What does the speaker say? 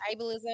Ableism